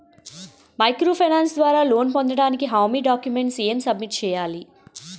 Micro finance ద్వారా loan పొందటానికి హామీ డాక్యుమెంట్స్ ఎం సబ్మిట్ చేయాలి?